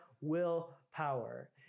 willpower